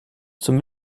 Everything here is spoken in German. zum